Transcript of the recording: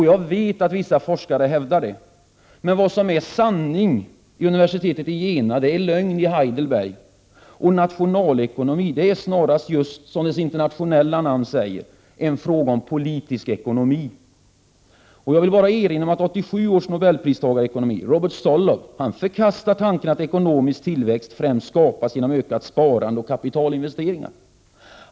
Jag vet att vissa forskare hävdar detta, men vad som är sanning vid universitetet i Jena är lögn i Heidelberg, och nationalekonomin är snarast just som dess internationella namn säger en fråga om politisk ekonomi. Jag vill bara erinra om att 1987 års nobelpristagare i ekonomi, Robert Solow, förkastar tanken att ekonomisk tillväxt främst skapas genom ökat sparande och kapitalinvesteringar.